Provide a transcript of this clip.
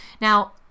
Now